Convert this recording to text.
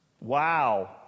Wow